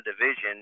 division